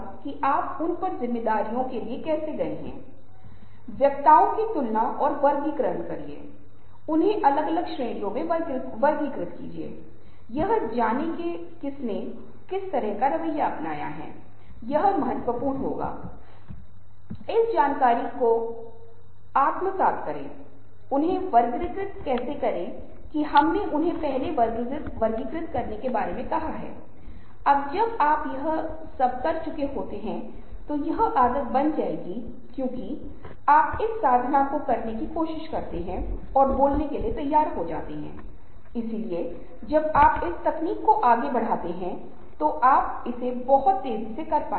तो दोस्तों जीवन को सार्थक होना चाहिए सफलता बहुत महत्वपूर्ण है और जीवन को सार्थक बनाने के लिए यह बहुत महत्वपूर्ण है कि हम समझने की कोशिश करें हमें अपने संचार व्यवहार में हमारी शैली मे विशेष रूप से थोड़ा सतर्क होने में सक्षम होना चाहिए और अगर हम दूसरों की शैलियों को समझने में सक्षम हैं और हम अपनी शैली को समायोजित करने की कोशिश करते हैं तो हम बेहतर स्थिति में होंगे